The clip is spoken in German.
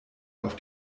auf